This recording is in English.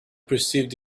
perceived